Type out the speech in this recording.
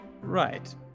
Right